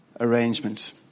arrangements